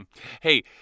Hey